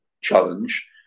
challenge